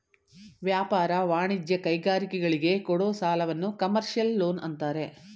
ವ್ಯಾಪಾರ, ವಾಣಿಜ್ಯ, ಕೈಗಾರಿಕೆಗಳಿಗೆ ಕೊಡೋ ಸಾಲವನ್ನು ಕಮರ್ಷಿಯಲ್ ಲೋನ್ ಅಂತಾರೆ